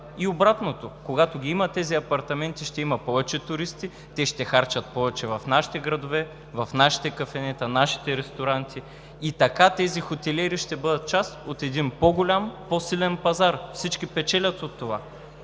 И обратното – когато ги има тези апартаменти, ще има повече туристи, те ще харчат повече в нашите градове, в нашите кафенета, нашите ресторанти и така тези хотелиери ще бъдат част от един по-голям, по-силен пазар – всички печелят от това.